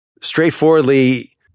straightforwardly